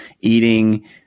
eating